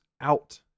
out